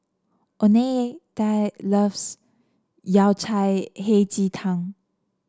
Oneida loves Yao Cai Hei Ji Tang